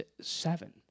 seven